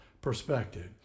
perspective